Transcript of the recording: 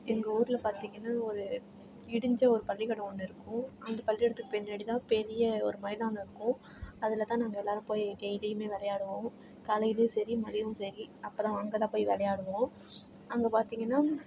எங்கள் ஊரில் பார்த்திங்கன்னா ஒரு இடிஞ்ச ஒரு பள்ளிக்கூடம் ஒன்று இருக்கும் அந்த பள்ளிக்கூடத்துக்கு பின்னாடி தான் பெரிய ஒரு மைதானம் இருக்கும் அதில் தான் நாங்கள் எல்லோரும் போய் டெய்லியுமே விளையாடுவோம் காலையிலேயும் சரி மதியமும் சரி அப்போலாம் அங்கே தான் போய் விளையாடுவோம் அங்கே பார்த்திங்கன்னா